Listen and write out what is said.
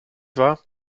war